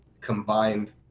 combined